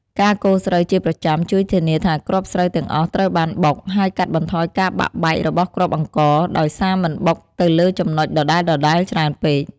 ការកូរស្រូវជាប្រចាំជួយធានាថាគ្រាប់ស្រូវទាំងអស់ត្រូវបានបុក ហើយកាត់បន្ថយការបាក់បែករបស់គ្រាប់អង្ករ ដោយសារមិនបុកទៅលើចំណុចដដែលៗច្រើនពេក។